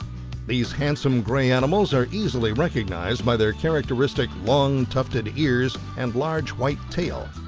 these handsome gray animals are easily recognized by their characteristic long tufted ears and large white tail.